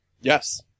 Yes